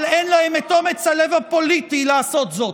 אבל אין להם את אומץ הלב הפוליטי לעשות זאת.